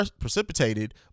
precipitated